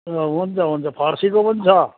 अँ हुन्छ हुन्छ फर्सीको पनि छ